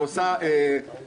ואת עכשיו עושה השמצות אישיות.